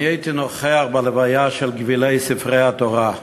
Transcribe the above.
אני הייתי נוכח בלוויה של גווילי ספרי התורה.